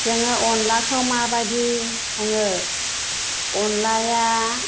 जोङो अन्लाखौ माबायदि सङो अन्लाया